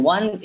One